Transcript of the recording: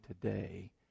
today